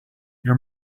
your